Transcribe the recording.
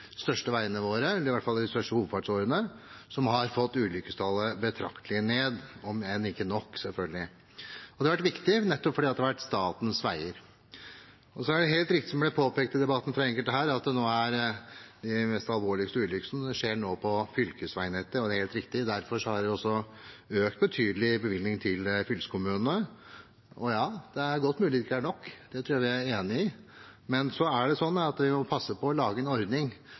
største veiene våre – i hvert fall på de største hovedfartsårene våre – og dette har fått ulykkestallet betraktelig ned, om ikke nok ned, selvfølgelig. Dette har vært viktig fordi det har vært statens veier. Det er helt riktig, som det har blitt påpekt i debatten fra enkelte her, at de mest alvorlige ulykkene nå skjer på fylkesveinettet. Det er helt riktig, og derfor har man også økt bevilgningene til fylkeskommunene betydelig. Det er godt mulig at det ikke er nok – det tror jeg vi er enige om – men vi må passe på å lage en ordning